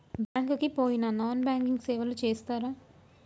Bank కి పోయిన non banking సేవలు చేస్తరా?